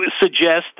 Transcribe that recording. suggest